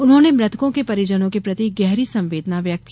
उन्होंने मृतकों के परिजनों के प्रति गहरी संवेदना व्यक्त की